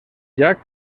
jack